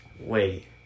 Wait